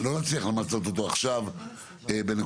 לא נצליח למצות אותו עכשיו בנקודות.